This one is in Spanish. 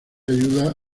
ayuda